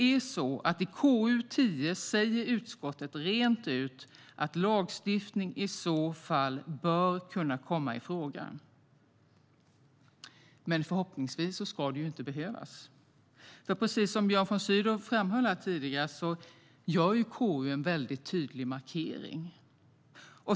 I KU10 säger utskottet rent ut att lagstiftning i så fall bör kunna komma i fråga. Förhoppningsvis ska det inte behövas. Precis som Björn von Sydow framhöll här tidigare gör KU en mycket tydlig markering.